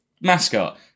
mascot